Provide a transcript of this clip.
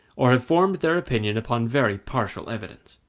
or have formed their opinion upon very partial evidence.